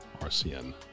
RCN